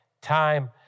time